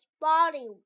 body